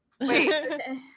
Wait